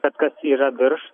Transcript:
kad kas yra virš